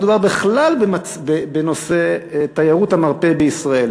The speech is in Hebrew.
מדובר בכלל בנושא תיירות המרפא בישראל.